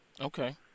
Okay